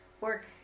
work